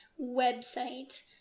website